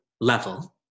level